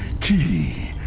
Key